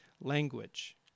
language